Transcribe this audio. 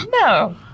no